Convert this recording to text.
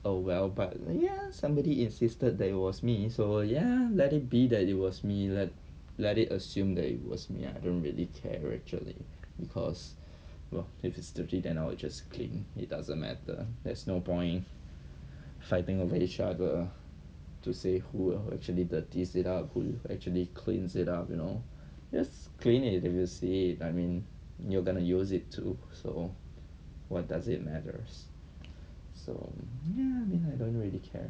oh well but ya somebody insisted that it was me so ya let it be that it was me let let it assumed that it was me I don't really care actually because what if it's dirty then I'll just clean it doesn't matter that's no point fighting over each other to say who actually dirties it up who actually cleans it up you know just clean it if you see it I mean you're gonna use it too so what does it matters so ya I mean I don't really care